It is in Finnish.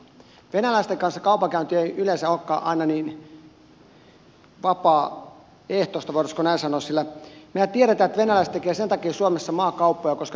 venäläisten kanssa kaupankäynti ei yleensä olekaan aina niin vapaaehtoista voitaisiinko näin sanoa sillä mehän tiedämme että venäläiset tekevät sen takia suomessa maakauppoja koska täällä on maa halpaa